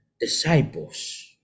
disciples